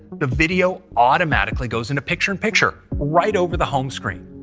the video automatically goes into picture in picture right over the home screen.